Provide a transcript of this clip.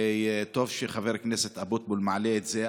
טוב שחבר הכנסת אבוטבול מעלה את זה,